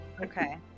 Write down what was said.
Okay